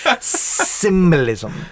Symbolism